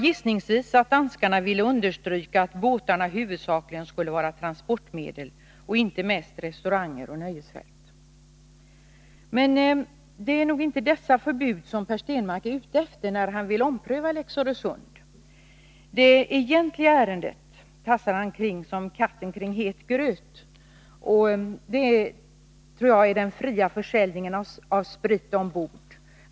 Gissningsvis att danskarna ville understryka att båtarna huvudsakligen skulle vara transportmedel och inte främst restauranger och nöjesfält. Men det är nog inte detta förbud som Per Stenmarck är ute efter, när han vill ompröva lex Öresund. Det egentliga ärendet tassar han kring som katten kring het gröt. Det tror jag är den fria försäljningen av sprit ombord.